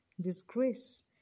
disgrace